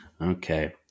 Okay